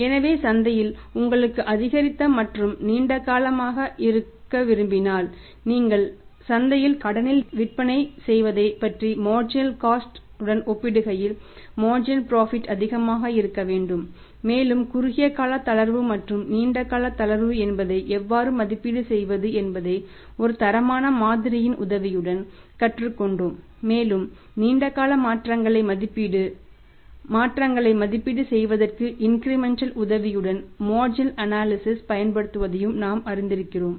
எனவே சந்தையில் உங்களுக்கு அதிகரித்த மற்றும் நீண்டகாலமாக இருக்க விரும்பினால் நிறுவனங்கள் சந்தையில் கடனை விற்பனை செய்வதைப் பற்றி மார்ஜினல் காஸ்ட் பயன்படுத்துவதையும் நாம் அறிந்திருக்கிறோம்